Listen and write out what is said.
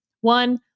One